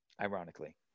ironically